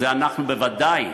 את זה אנחנו בוודאי